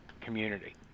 community